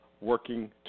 working